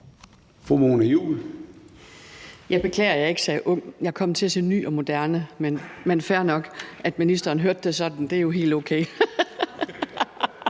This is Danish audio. Jeg beklager, at jeg ikke sagde ung – jeg kom til at sige ny og moderne – men fair nok. At ministeren hørte det sådan, er jo helt okay.